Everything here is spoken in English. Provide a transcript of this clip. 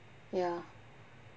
ya